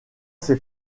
ses